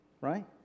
right